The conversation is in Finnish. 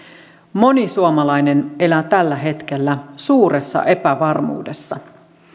moni suomalainen elää tällä hetkellä suuressa epävarmuudessa